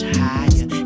higher